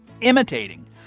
imitating